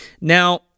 Now